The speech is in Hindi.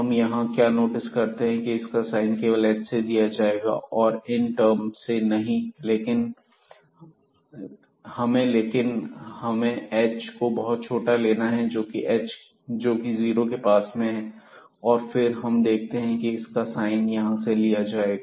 हम यहां क्या नोटिस करते हैं कि इसका साइन केवल h से दिया जाएगा और इन टर्म से नहीं हमें लेकिन हमें h को बहुत छोटा लेना है जो कि जीरो के पास में हैं और फिर हम देखते हैं कि इसका साइन यहां से लिया जाएगा